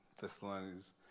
Thessalonians